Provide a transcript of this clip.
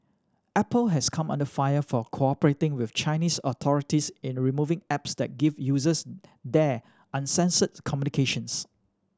Apple has come under fire for cooperating with Chinese authorities in removing apps that give users there uncensored communications